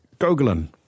Gogolin